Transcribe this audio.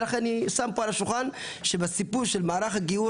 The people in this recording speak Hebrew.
ולכן אני שם פה על השולחן שבסיפור של מערך הגיור